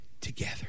together